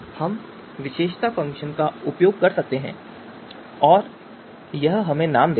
हम विशेषता फ़ंक्शन का उपयोग कर सकते हैं और यह हमें नाम देगा